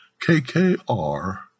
KKR